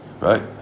Right